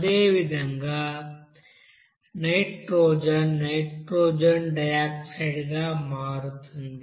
అదేవిధంగా nitrogen nitrogen dioxide గా మారుతుంది